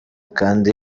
kandi